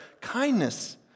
kindness